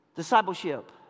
Discipleship